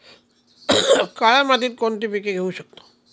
काळ्या मातीत कोणती पिके घेऊ शकतो?